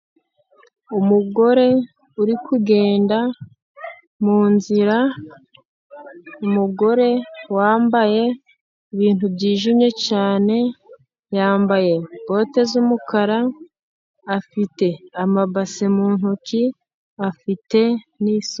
Umugore uri kugenda mu nzira, umugore wambaye ibintu byijimye cyane, yambaye bote z'umukara, afite amabase mu ntoki, afite n'isuka.